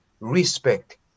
respect